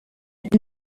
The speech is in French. est